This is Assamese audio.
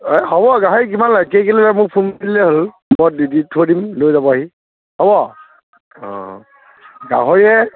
এই হ'ব গাহৰি কিমান লাগে কেইকিলো লয় মোক ফোন কৰি দিলেই হ'ল মই দি দি থৈ দিম লৈ যাব আহি হ'ব অঁ গাহৰিহে